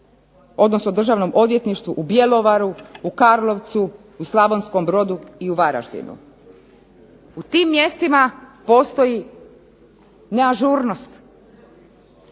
odnosno Državnom odvjetništvu u Bjelovaru, u Karlovcu, u Slavonskom Brodu i u Varaždinu. U tim mjestima postoji neažurnost.